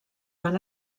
van